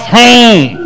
home